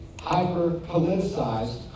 hyper-politicized